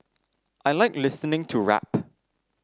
I like listening to rap